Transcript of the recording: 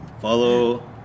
Follow